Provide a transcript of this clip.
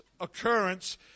occurrence